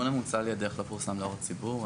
התיקון המוצע על ידך לא פורסם להערות ציבור.